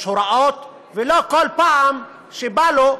יש הוראות, ולא כל פעם שבא לו,